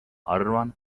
arvan